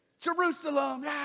Jerusalem